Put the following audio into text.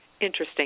Interesting